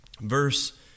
Verse